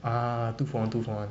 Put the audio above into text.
ah ah ah two for one two for one